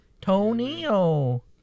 Tony-o